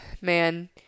man